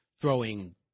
throwing